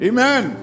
Amen